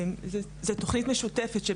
זו תוכנית משותפת.